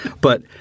But-